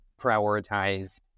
prioritize